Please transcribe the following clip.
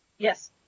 Yes